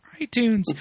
iTunes